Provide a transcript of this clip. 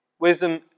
Wisdom